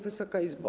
Wysoka Izbo!